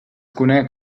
conec